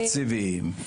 אין תקציבים.